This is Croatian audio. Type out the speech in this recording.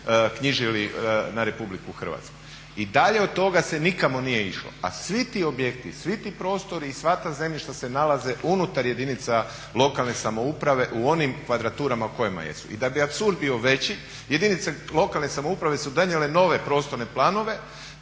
knjižili na RH. I dalje od toga se nikamo nije išlo, a svi ti objekti, svi ti prostori i sva ta zemljišta se nalaze unutar jedinica lokalne samouprave u onim kvadraturama u kojima jesu. I da bi apsurd bio veći, jedinice lokalne samouprave su donijele nove prostorne planove,